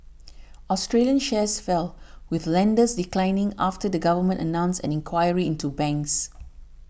Australian shares fell with lenders declining after the government announced an inquiry into banks